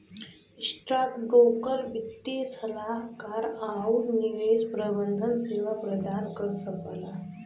stockbroker वित्तीय सलाहकार आउर निवेश प्रबंधन सेवा प्रदान कर सकला